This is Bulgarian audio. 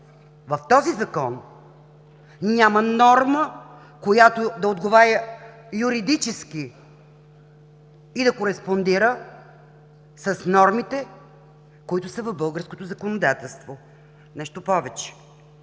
в този Закон няма норма, която да отговаря юридически и да кореспондира с нормите, които са в българското законодателство. Нещо повече,